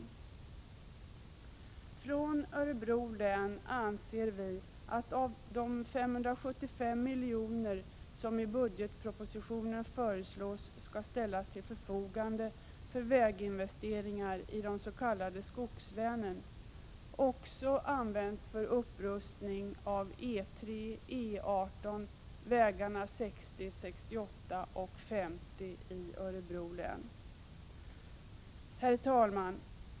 Vi från Örebro län anser att de 575 milj.kr. som i budgetpropositionen föreslås skall ställas till förfogande för väginvesteringar i de s.k. skogslänen också används för upprustning av E 3, E 18, vägarna 60, 68 och 50 i Örebro län. Herr talman!